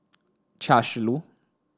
Chia Shi Lu